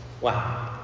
Wow